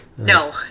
No